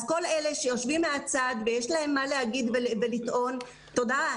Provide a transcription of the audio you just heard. אז לכל אלה שיושבים מהצד ויש להם מה להגיד ולטעון תודה,